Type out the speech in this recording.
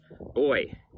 boy